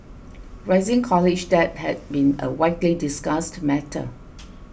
rising college debt has been a widely discussed matter